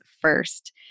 First